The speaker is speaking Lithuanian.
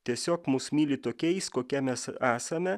tiesiog mus myli tokiais kokia mes esame